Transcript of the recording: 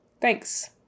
Thanks